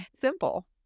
Simple